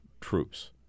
troops